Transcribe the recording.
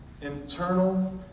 internal